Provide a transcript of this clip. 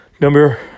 Number